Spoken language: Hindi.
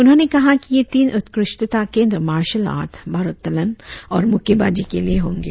उन्होंने कहा कि ये तीन उत्कृष्टता केंद्र मार्शल आर्ट भारोत्तोलन और मुक्केबाजी के लिए होंगे